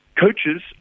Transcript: coaches